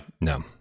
no